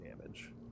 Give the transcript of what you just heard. damage